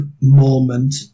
moment